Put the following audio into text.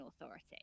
authority